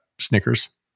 snickers